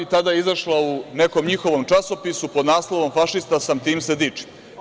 Tada je izašlo u nekom njihovom časopisu, pod naslovom – Fašista sam, tim se dičim.